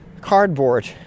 cardboard